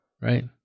Right